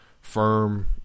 firm